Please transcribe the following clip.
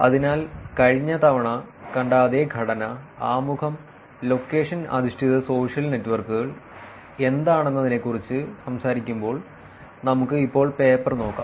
അതിനാൽ കഴിഞ്ഞ തവണ കണ്ട അതേ ഘടന ആമുഖം ലൊക്കേഷൻ അധിഷ്ഠിത സോഷ്യൽ നെറ്റ്വർക്കുകൾ എന്താണെന്നതിനെക്കുറിച്ച് സംസാരിക്കുമ്പോൾ നമുക്ക് ഇപ്പോൾ പേപ്പർ നോക്കാം